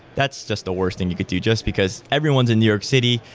that's just the worst thing you could do just because everyone's in new york city.